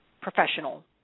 professional